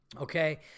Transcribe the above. Okay